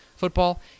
football